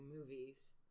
movies